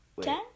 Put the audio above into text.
Ten